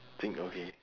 Qing okay